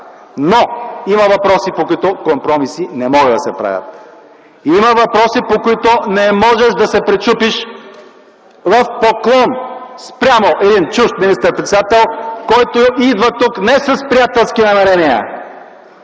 но има въпроси, по които компромиси не могат да се правят. Има въпроси, по които не можеш да се пречупиш в поклон спрямо един чужд министър-председател, който идва тук не с приятелски намерения.